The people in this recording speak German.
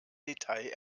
detail